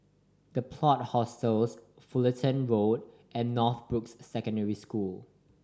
The Plot Hostels Fulton Road and Northbrooks Secondary School